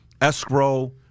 escrow